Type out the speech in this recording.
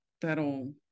that'll